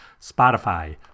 Spotify